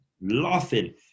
laughing